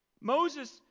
Moses